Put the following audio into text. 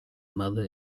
mother